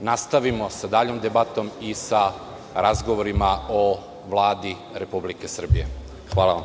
nastavimo sa daljom debatom i sa razgovorima o Vladi Republike Srbije. Hvala.